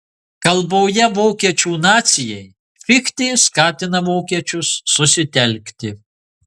kalboje vokiečių nacijai fichtė skatina vokiečius susitelkti